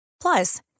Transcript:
Plus